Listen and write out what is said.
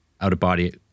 out-of-body